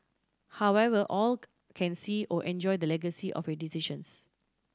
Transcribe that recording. however all can see or enjoy the legacy of your decisions